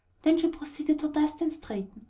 then she proceeded to dust and straighten,